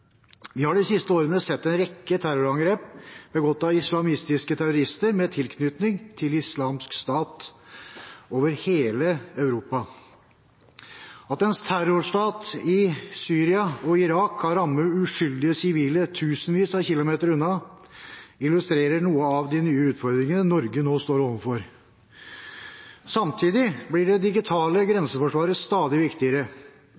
Vi har de siste årene sett en rekke terrorangrep begått av islamistiske terrorister med tilknytning til Den islamske stat over hele Europa. At en terrorstat i Syria og Irak har rammet uskyldige sivile tusenvis av kilometer unna, illustrerer noen av de nye utfordringene Norge nå står overfor. Samtidig blir det digitale grenseforsvaret stadig viktigere.